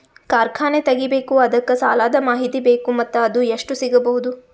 ಕಾರ್ಖಾನೆ ತಗಿಬೇಕು ಅದಕ್ಕ ಸಾಲಾದ ಮಾಹಿತಿ ಬೇಕು ಮತ್ತ ಅದು ಎಷ್ಟು ಸಿಗಬಹುದು?